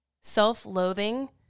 self-loathing